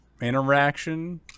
interaction